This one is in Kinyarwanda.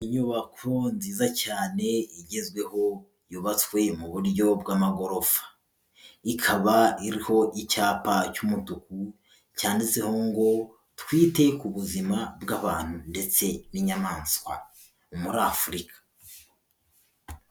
Inyubako nziza cyane igezweho yubatswe mu buryo bw'amagorofa, ikaba iriho icyapa cy'umutuku cyanditseho ngo twite ku buzima bw'abantu ndetse n'inyamaswa muri Afurika.